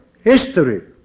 history